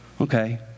Okay